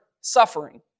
suffering